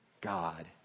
God